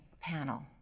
panel